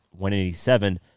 187